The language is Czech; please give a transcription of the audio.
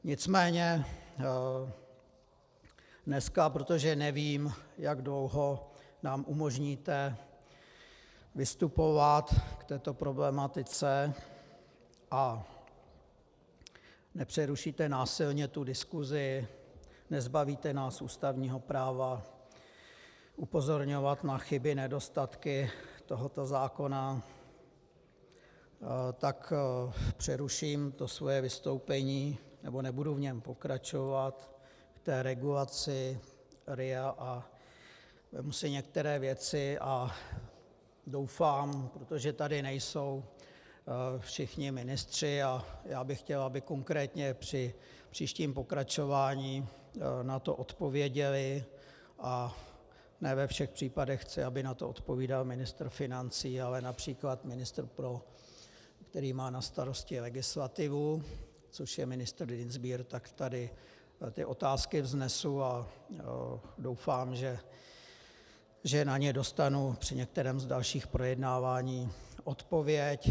Nicméně dneska, protože nevím, jak dlouho nám umožníte vystupovat k této problematice a nepřerušíte násilně tu diskusi, nezbavíte nás ústavního práva upozorňovat na chyby, nedostatky tohoto zákona, tak přeruším to svoje vystoupení nebo nebudu v něm pokračovat k té regulaci RIA a vezmu si některé věci a doufám, protože tady nejsou všichni ministři, a já bych chtěl, aby konkrétně při příštím pokračování na to odpověděli, a ne ve všech případech chci, aby na to odpovídal ministr financí, ale například ministr, který má na starosti legislativu, což je ministr Dienstbier, tak tady ty otázky vznesu a doufám, že na ně dostanu při některém z dalších projednávání odpověď.